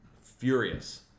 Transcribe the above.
furious